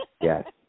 Yes